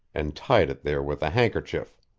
and tied it there with a handkerchief.